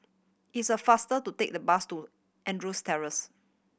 is a faster to take the bus to Andrews Terrace